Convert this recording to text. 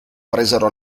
presero